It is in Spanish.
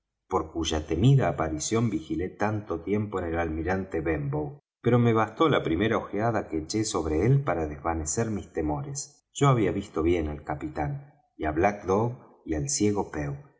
por cuya temida aparición vigilé tanto tiempo en el almirante benbow pero me bastó la primera ojeada que eché sobre él para desvanecer mis temores yo había visto bien al capitán y á black dog y al ciego pew